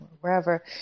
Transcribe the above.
wherever